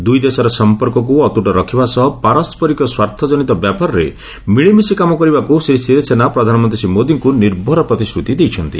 ଦୁଇଦେଶର ସଂପର୍କକୁ ଅତୁଟ ରଖିବା ସହ ପାରସ୍କାରିକ ସ୍ୱାର୍ଥ ଜନିତ ବ୍ୟାପାରରେ ମିଳିମିଶି କାମ କରିବାକୁ ଶ୍ରୀ ସିରିସେନା ପ୍ରଧାନମନ୍ତ୍ରୀ ଶ୍ରୀ ମୋଦିଙ୍କୁ ନିର୍ଭର ପ୍ରତିଶ୍ରତି ଦେଇଛନ୍ତି